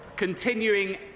Continuing